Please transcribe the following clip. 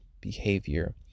behavior